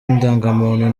ndangamuntu